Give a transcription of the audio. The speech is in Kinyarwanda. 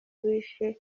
bishe